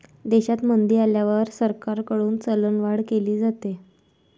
देशात मंदी आल्यावर सरकारकडून चलनवाढ केली जाते